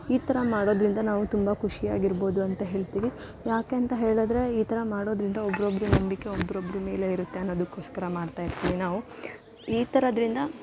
ಈ ಥರ ಮಾಡೋದರಿಂದ ನಾವು ತುಂಬ ಖುಷಿಯಾಗಿರ್ಬೌದು ಅಂತ ಹೇಳ್ತೀವಿ ಯಾಕೆ ಅಂತ ಹೇಳಿದ್ರೆ ಈ ಥರ ಮಾಡೋದರಿಂದ ಒಬ್ರಬ್ರ ನಂಬಿಕೆ ಒಬ್ರಬ್ರ ಮೇಲೆ ಇರುತ್ತೆ ಅನ್ನೊದಕ್ಕೋಸ್ಕರ ಮಾಡ್ತಾ ಇರ್ತೀವಿ ನಾವು ಈ ಥರದಿಂದ